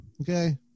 okay